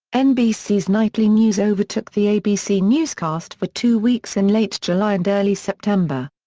nbc's nightly news overtook the abc newscast for two weeks in late july and early september.